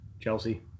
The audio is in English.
Chelsea